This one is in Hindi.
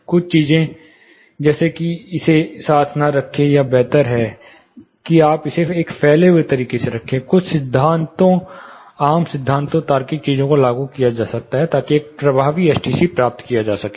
कुछ चीजें जैसे कि इसे साथ न रखें यह बेहतर है कि आप इसे एक फैले हुए तरीके से रखें कुछ सिद्धांतों आम सिद्धांतों तार्किक चीजों को लागू किया जा सकता है ताकि एक प्रभावी एसटीसी प्राप्त किया जा सके